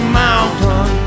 mountain